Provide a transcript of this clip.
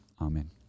amen